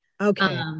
Okay